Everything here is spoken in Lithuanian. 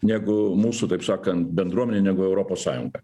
negu mūsų taip sakant bendruomenė negu europos sąjunga